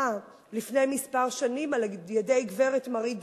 לפני כמה שנים קודמה יוזמה על-ידי גברת מרית דנון,